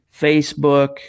Facebook